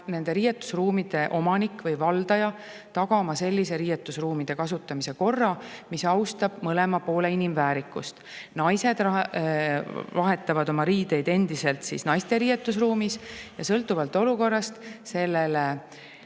nende riietusruumide omanik või valdaja tagama sellise riietusruumide kasutamise korra, mis austab mõlema poole inimväärikust. Naised vahetavad oma riideid endiselt naiste riietusruumis ja sõltuvalt olukorrast sellele